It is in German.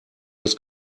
das